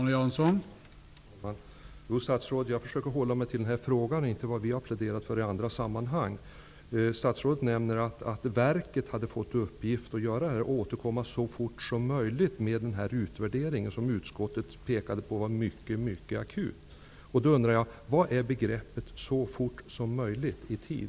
Herr talman! Jag försöker hålla mig till frågan och inte till vad vi har pläderat för i andra sammanhang. Statsrådet nämner att verket har fått i uppdrag att göra en utvärdering och återkomma så fort som möjligt. Utskottet ansåg att utvärderingen var mycket akut. Då undrar jag: Vad innebär ''så fort som möjligt'' i tid?